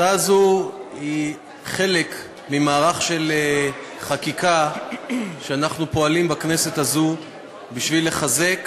הצעה זו היא חלק ממערך של חקיקה שאנחנו פועלים בו בכנסת הזו בשביל לחזק